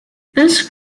this